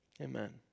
Amen